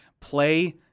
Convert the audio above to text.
play